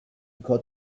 got